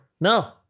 No